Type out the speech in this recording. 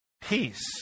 peace